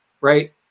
right